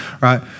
right